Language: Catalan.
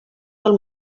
del